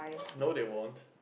no they won't